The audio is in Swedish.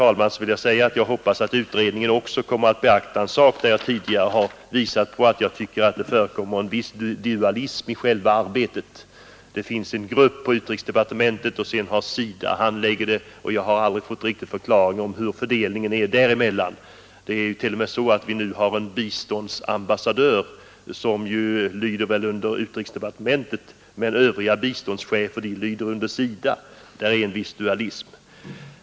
Till sist hoppas jag att utredningen även kommer att beakta en sak som jag tidigare pekat på, nämligen att det tycks förekomma en viss dualism i själva arbetet. Det finns för detta arbete en grupp inom utrikesdepartementet, och dessutom har vi alltså SIDA. Jag har aldrig fått någon riktig redogörelse för fördelningen dem emellan. Nu har vi t.o.m. en biståndsambassadör som lyder under utrikesdepartementet, medan övriga biståndschefer lyder under SIDA. Här förekommer alltså en viss dualism.